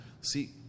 See